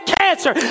cancer